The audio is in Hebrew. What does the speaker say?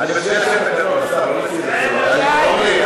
אורלי,